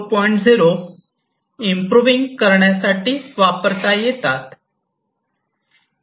0 improving करण्यासाठी वापरता येतात